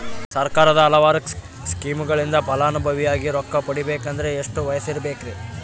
ಸರ್ಕಾರದ ಹಲವಾರು ಸ್ಕೇಮುಗಳಿಂದ ಫಲಾನುಭವಿಯಾಗಿ ರೊಕ್ಕ ಪಡಕೊಬೇಕಂದರೆ ಎಷ್ಟು ವಯಸ್ಸಿರಬೇಕ್ರಿ?